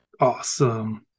Awesome